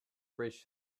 bridge